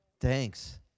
Thanks